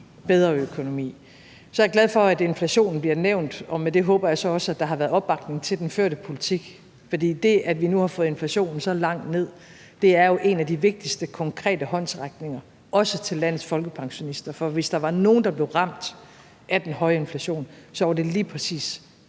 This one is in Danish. bedre økonomi. Så er jeg glad for, at inflationen bliver nævnt, og med det håber jeg så også, at der har været opbakning til den førte politik. Det, at vi nu har fået inflationen så langt ned, er jo en af de vigtigste konkrete håndsrækninger, også til landets folkepensionister. For hvis der var nogen, der blev ramt af den høje inflation, så var det især